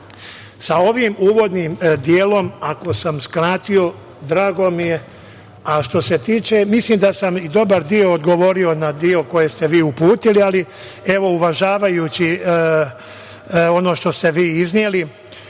ovim uvodnim delom, ako sam skratio drago mi je. Mislim da sam dobar deo odgovorio na deo koji ste vi uputili, ali evo uvažavajući ono što ste vi izneli,